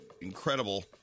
incredible